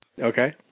Okay